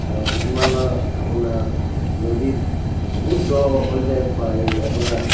আৰু কিছুমানৰ আপোনাৰ নদীত বহুত দ' হৈ যায় পাৰ এই আপোনাৰ